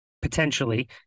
potentially